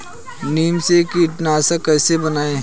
नीम से कीटनाशक कैसे बनाएं?